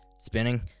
spinning